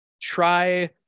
try